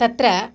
तत्र